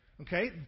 Okay